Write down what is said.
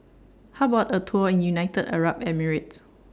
How about A Tour in United Arab Emirates